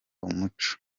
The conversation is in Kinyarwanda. umuco